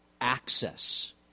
access